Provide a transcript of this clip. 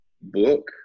book